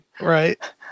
Right